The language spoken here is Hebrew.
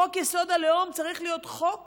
חוק-יסוד: הלאום צריך להיות חוק